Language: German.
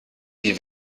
die